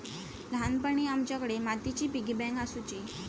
ल्हानपणी आमच्याकडे मातीची पिगी बँक आसुची